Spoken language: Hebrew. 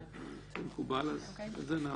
אם מקובל אז את זה נעבור.